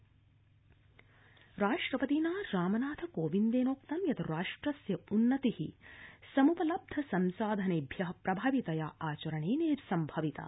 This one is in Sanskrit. राष्ट्रपति राष्ट्रपतिना रामनाथ कोविन्देनोक्तं यत् राष्ट्रस्य उन्नति सम्पलब्ध संसाधनेभ्य प्रभवितया आचरणेन एवं सम्भविता